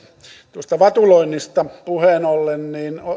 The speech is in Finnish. tuosta vatuloinnista puheen ollen minulla